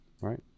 right